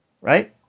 right